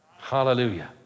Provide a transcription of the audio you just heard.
Hallelujah